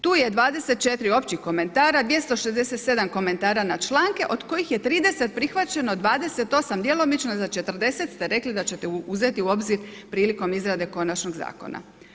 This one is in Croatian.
Tu je 24 općih komentara, 267 komentara na članke, od kojih je 30 prihvaćeno, 28 djelomično, za 40 ste rekli da ćete uzeti u obzir prilikom izrade konačnog zakona.